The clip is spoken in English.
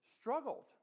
struggled